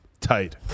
Tight